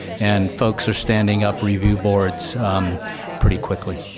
and folks are standing up review boards pretty quickly.